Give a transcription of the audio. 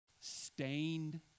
stained